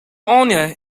anya